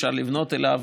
ואפשר לפנות אליו.